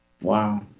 Wow